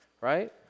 right